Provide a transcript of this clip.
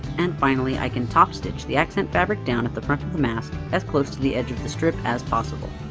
and finally i can top stitch the accent fabric down at the front of the mask, as close to the edge of the strip as possible.